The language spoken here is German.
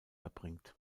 erbringt